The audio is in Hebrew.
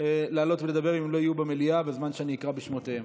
לעלות ולדבר אם הם לא יהיו במליאה בזמן שאקרא בשמותיהם.